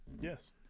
Yes